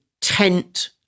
tent